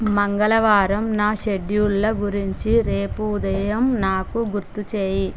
మంగళవారం నా షెడ్యూల్ల గురించి రేపు ఉదయం నాకు గుర్తు చెయ్యి